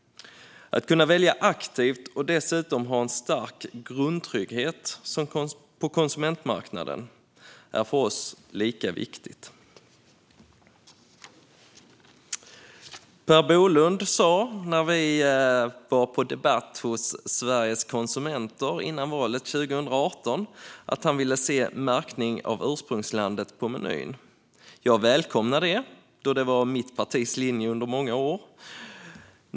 Att kunna välja aktivt och dessutom ha en stark grundtrygghet på konsumentmarknaden är för oss lika viktigt. Per Bolund sa när vi var på debatt hos Sveriges Konsumenter före valet 2018 att han ville se en märkning av ursprungsland på menyn. Jag välkomnade det, då det har varit mitt partis linje under många år.